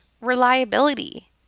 reliability